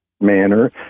manner